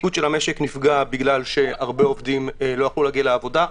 התפקוד של המשק נפגע בגלל שהרבה עובדים לא יכלו להגיע לעבודה,